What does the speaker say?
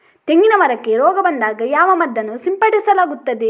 ತೆಂಗಿನ ಮರಕ್ಕೆ ರೋಗ ಬಂದಾಗ ಯಾವ ಮದ್ದನ್ನು ಸಿಂಪಡಿಸಲಾಗುತ್ತದೆ?